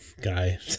guy